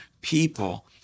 people